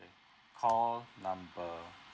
call number